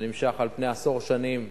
שנמשך על פני עשור שנים,